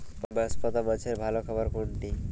বাঁশপাতা মাছের ভালো খাবার কোনটি?